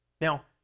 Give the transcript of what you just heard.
Now